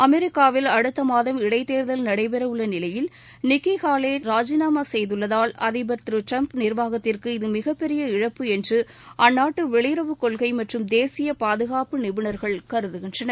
அமெரிக்காவில் அடுத்த மாதம் இடைத்தேர்தல் நடைபெறவுள்ள நிலையில் நிக்கி வறாலே ராஜினாமா சுய்துள்ளதால் அதிபர் டிரம்ப் நி்வாகத்திற்கு இது மிகப்பெரிய இழப்பு என்று அந்நாட்டு வெளியுறவு கொள்கை மற்றும் தேசிய பாதுகாப்பு நிபுணர்கள் கருதுகின்றனர்